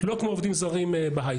לא כמו עובדים זרים בהייטק.